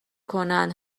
کنن